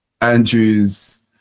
Andrew's